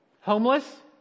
homeless